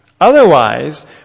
Otherwise